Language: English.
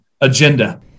agenda